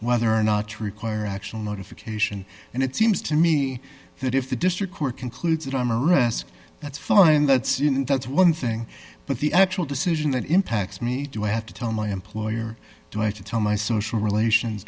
whether or not to require actual notification and it seems to me that if the district court concludes that i'm a risk that's fine that's that's one thing but the actual decision that impacts me do i have to tell my employer do i to tell my social relations